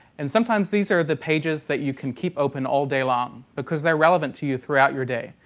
and sometimes these are the pages that you can keep open all day long because they are relevant to you throughout your day.